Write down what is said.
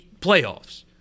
playoffs